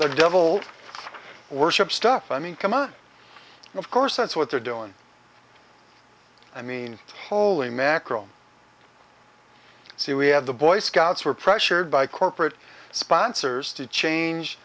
their devil worship stuff i mean come on of course that's what they're doing i mean holy mackerel see we have the boy scouts were pressured by corporate sponsors to change